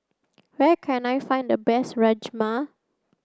where can I find the best Rajma